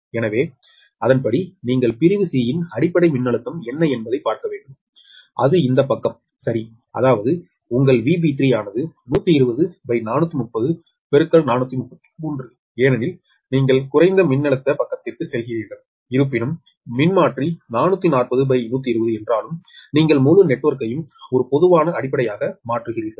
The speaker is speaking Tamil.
எனவே அதன்படி நீங்கள் பிரிவு C ன் அடிப்படை மின்னழுத்தம் என்ன என்பதைப் பார்க்க வேண்டும் அது இந்த பக்கம் சரி அதாவது உங்கள் VB3 ஆனது 433 ஏனெனில் நீங்கள் குறைந்த மின்னழுத்த பக்கத்திற்குச் செல்கிறீர்கள் இருப்பினும் மின்மாற்றி 440120 என்றாலும் நீங்கள் முழு நெட்வொர்க்கையும் ஒரு பொதுவான அடிப்படையாக மாற்றுகிறீர்கள்